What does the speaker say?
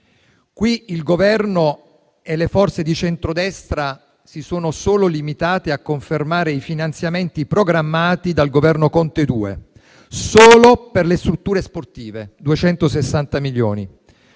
Qui il Governo e le forze di centrodestra si sono limitati a confermare i finanziamenti programmati dal Governo Conte II solo per le strutture sportive: 260 milioni.